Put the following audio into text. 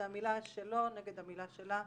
זה המילה שלו נגד המילה שלה,